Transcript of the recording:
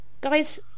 Guys